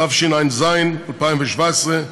התשע"ז 2017,